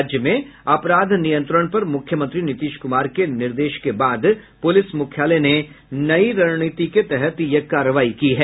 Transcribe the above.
राज्य में अपराध नियंत्रण पर मुख्यमंत्री नीतीश कुमार के निर्देश के बाद पुलिस मुख्यालय ने नयी रणनीति के तहत यह कार्रवाई की है